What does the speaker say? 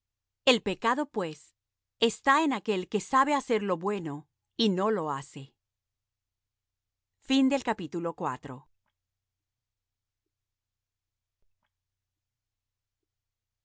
el pecado pues está en aquel que sabe hacer lo bueno y no lo hace ea